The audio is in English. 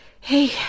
Hey